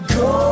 go